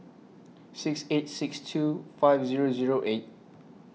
six eight six two five Zero Zero eight